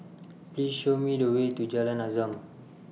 Please Show Me The Way to Jalan Azam